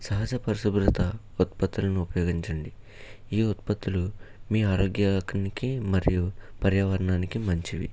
సహజ పరిశుభ్రత ఉత్పత్తులను ఉపయోగించండి ఈ ఉత్పత్తులు మీ ఆరోగ్యానికి మరియు పర్యావరణానికి మంచిది